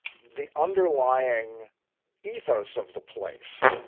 the underlying ethos of the place.